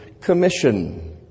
commission